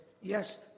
yes